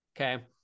Okay